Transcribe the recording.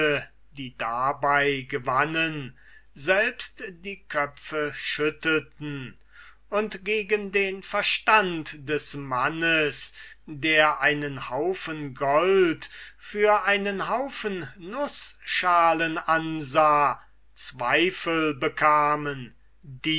die dabei gewannen selbst die köpfe schüttelten und gegen den verstand des mannes der einen haufen gold für einen haufen nußschalen ansah zweifel bekamen